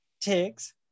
Tigs